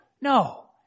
No